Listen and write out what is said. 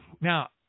Now